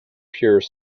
pure